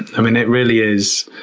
i mean, it really is